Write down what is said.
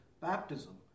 baptism